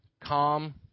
calm